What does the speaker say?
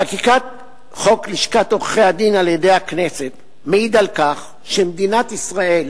חקיקת חוק לשכת עורכי-הדין על-ידי הכנסת מעידה על כך שמדינת ישראל,